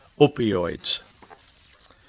opioids